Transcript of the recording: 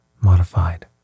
modified